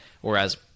Whereas